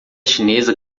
chinesa